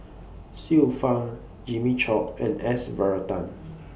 Xiu Fang Jimmy Chok and S Varathan